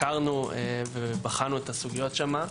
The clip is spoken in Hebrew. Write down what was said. בחנו את הסוגיות שם.